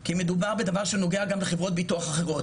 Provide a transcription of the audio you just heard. כי מדובר בדבר שנוגע גם לחברות ביטוח אחרות.